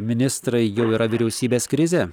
ministrai jau yra vyriausybės krizė